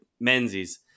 Menzies